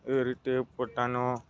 એ રીતે પોતાનો